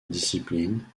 discipline